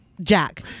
jack